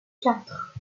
quatre